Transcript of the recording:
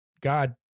God